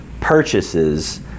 purchases